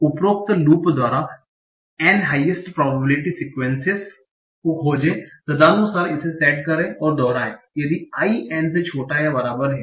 इसलिए उपरोक्त लूप द्वारा N हाइएस्ट प्रोबेबिलिटी सीक्वेंसेस को खोजें तदनुसार इसे सेट करें और दोहराएं यदि i n से छोटा या बराबर है